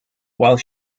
while